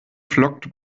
flockt